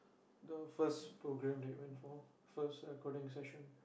the first program that you went through first recording session